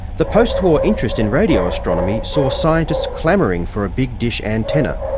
the post-war interest in radio astronomy saw scientists clamouring for a big dish antenna,